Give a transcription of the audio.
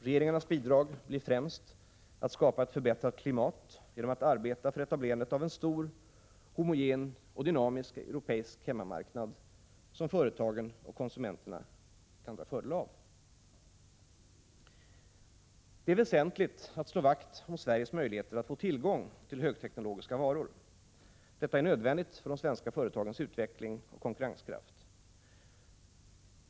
Regeringarnas bidrag blir främst att skapa ett förbättrat klimat genom att arbeta för etablerandet av en stor, homogen och dynamisk europeisk hemmamarknad, som företagen och konsumenterna kan dra fördel av. Det är väsentligt att slå vakt om Sveriges möjligheter att få tillgång till högteknologiska varor. Detta är nödvändigt för de svenska företagens utveckling och konkurrenskraft.